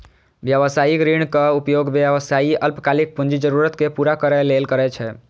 व्यावसायिक ऋणक उपयोग व्यवसायी अल्पकालिक पूंजी जरूरत कें पूरा करै लेल करै छै